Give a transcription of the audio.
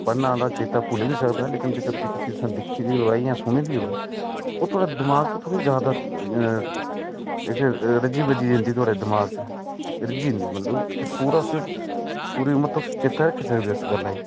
पढ़ना आह्ला चेता भुल्ली बी सकदा पर जेह्की चीज़ तुसें गदिक्खी दी होऐ जां सुनी दी होऐ ओह् थपुआढ़े दमाग च थोह्ड़ी जादै रची पची जंदी थोह्ड़े दमाग च रज्जी जंदी मतलब तुरी तुस उसी पूरी उमर तुस चेता रक्खी सकदे उस गल्लै ई